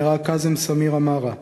נהרג קאזם סמיר אמארה,